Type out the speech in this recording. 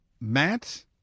Matt